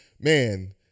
man